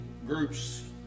groups